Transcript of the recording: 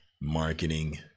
marketing